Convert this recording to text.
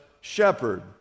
shepherd